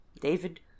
David